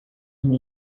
and